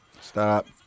stop